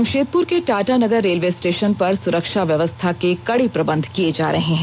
जमशेदपुर के Tatanagar railway station पर सुरक्षा व्यवस्था के कड़े प्रबंध किये जा रहे हैं